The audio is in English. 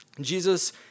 Jesus